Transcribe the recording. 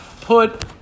put